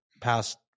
past